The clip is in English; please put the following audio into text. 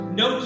no